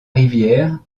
rivière